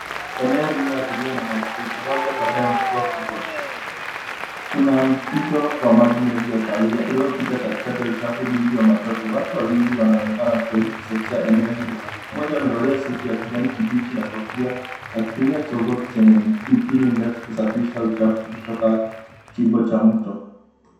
Eneo lililoadhiriwa na mafuriko labda baada ya mvua kubwa. Kuna mto wa maji mengi ya kahawia uliopita katikati ya uchafu mwingi wa matope . Watu wawili wanaonekana wakijaribu kusafisha eneo hilo. Mmoja amevalia suti ya kijani kibichi na kofia akitumia chombo chenye mpini mrefu kusafisha uchafu kutoka kingo cha mto.